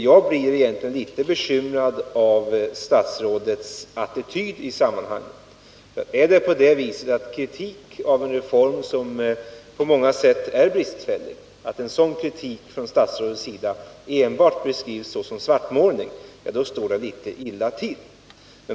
Egentligen är jag litet bekymrad över statsrådets attityd i frågan. Är det på det viset att kritik av en reform som på många sätt är bristfällig från statsrådets sida enbart uppfattas som svartmålning, så står det litet illa till.